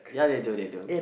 ya they do they do